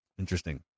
Interesting